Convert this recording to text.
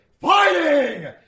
Fighting